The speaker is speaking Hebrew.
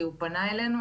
כי הוא פנה אלינו,